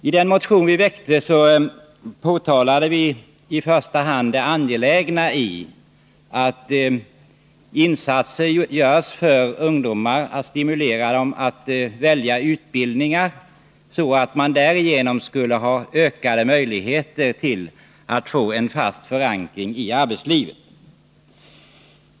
I den motion vi väckte underströk vi i första hand det angelägna i att insatser görs för att stimulera ungdomar att välja utbildningar som ger dem ökade möjligheter att få fast förankring i arbetslivet.